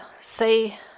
say